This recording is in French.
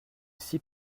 six